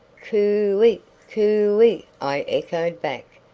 cooey cooey! i echoed back,